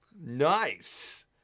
Nice